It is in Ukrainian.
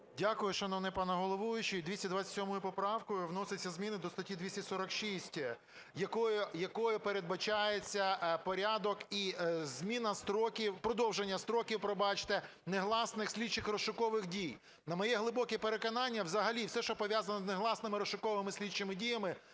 Дякую, шановний пане головуючий. 227 поправкою вносяться зміни до статті 246, якою передбачається порядок і зміна строків… продовження строків, пробачте, негласних слідчих і розшукових дій. На моє глибоке переконання, взагалі все, що пов'язано з негласними розшуковими слідчими діями,